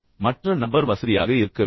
எனவே மற்ற நபர் வசதியாக இருக்க வேண்டும்